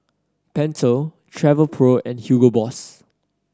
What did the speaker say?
Pentel Travelpro and Hugo Boss